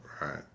Right